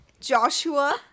Joshua